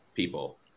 people